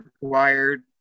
required